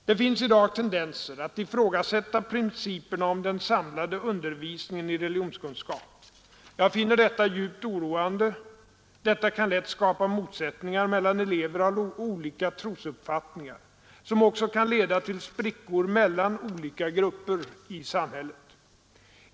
Det finns i dag tendenser att ifrågasätta principerna om den samlande undervisningen i religionskunskap. Jag finner detta djupt oroande. Detta kan lätt skapa motsättningar mellan elever av olika trosuppfattning som också kan leda till sprickor mellan olika grupper i samhället.